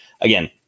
again